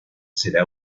será